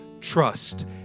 trust